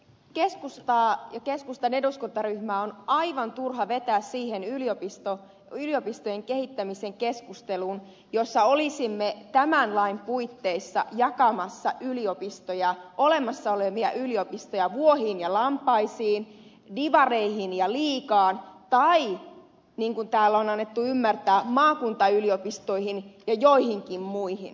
keskustaa ja keskustan eduskuntaryhmää on aivan turha vetää siihen yliopistojen kehittämisen keskusteluun jossa olisimme tämän lain puitteissa jakamassa olemassa olevia yliopistoja vuohiin ja lampaisiin divareihin ja liigaan tai niin kuin täällä on annettu ymmärtää maakuntayliopistoihin ja joihinkin muihin